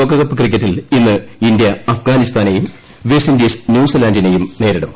ലോകകപ്പ് ക്രിക്കറ്റിൽ ഇന്ന് ഇന്ത്യ അഫ്ഗാനിസ്ഥാനെയും വെസ്റ്റിൻഡീസ് ന്യൂസിലന്റിനെയും നേരിടും